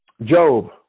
Job